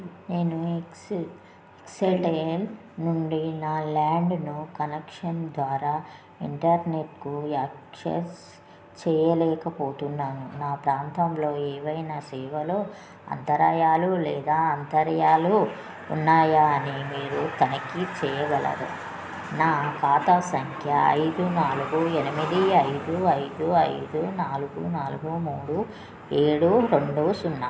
నేను ఎక్స్ నుండి నా ల్యాండును కనెక్షన్ ద్వారా ఇంటర్నెట్కు యాక్సెస్ చేయలేకపోతున్నాను నా ప్రాంతంలో ఏవైనా సేవలు అంతరాయాలు లేదా అంతర్యాలు ఉన్నాయా అని మీరు తనిఖీ చేయగలరు నా ఖాతా సంఖ్య ఐదు నాలుగు ఎనిమిది ఐదు ఐదు ఐదు నాలుగు నాలుగు మూడు ఏడు రెండు సున్నా